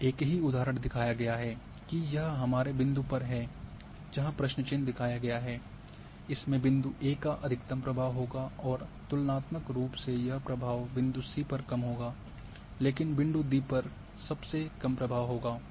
यहाँ एक ही उदाहरण दिखाया गया है कि यह हमारे बिंदु पर है जहाँ प्रश्न चिह्न दिखाया गया है इसमें बिंदु ए का अधिकतम प्रभाव होगा और तुलनात्मक रूप से यह प्रभाव बिंदु सी पर कम होगा लेकिन बिंदु डी पर सबसे कम प्रभाव होगा